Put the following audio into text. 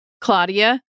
Claudia